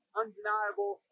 undeniable